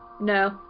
No